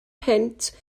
punt